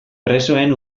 presoen